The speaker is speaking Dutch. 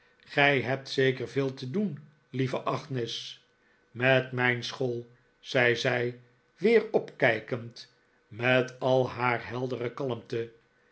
gij hebt zeker veel te doen lieve agnes met mijn school zei zij weer opkijkend met al haar heldere kalmte